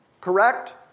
correct